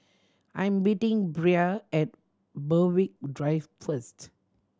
I'm meeting Brea at Berwick Drive first